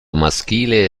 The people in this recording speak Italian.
maschile